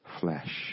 flesh